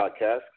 Podcast